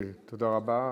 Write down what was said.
תודה רבה.